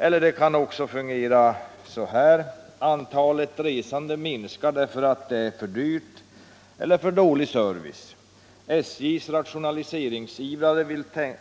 Eller det kan fungera så här. Antalet resande minskar därför att det är för dyrt eller för dålig service. SJ:s rationaliseringsivrare